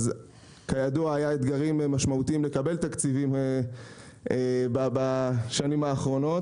כידוע היו אתגרים משמעותיים לקבל תקציבים בשנים האחרונות,